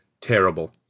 terrible